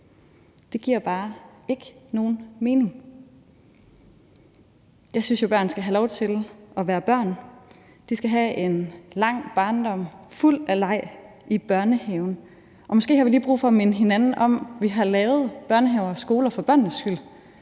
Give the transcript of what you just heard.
Det giver bare ikke nogen mening. Jeg synes jo, at børn skal have lov til at være børn. De skal have en lang barndom fuld af leg i børnehaven, og måske har vi lige brug for at minde hinanden om, at vi har lavet børnehaver og skoler for børnenes skyld,